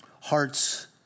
Hearts